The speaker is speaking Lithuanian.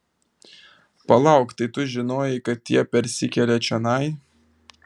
palauk tai tu žinojai kad jie persikelia čionai